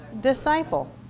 Disciple